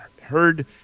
heard